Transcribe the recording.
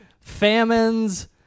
Famines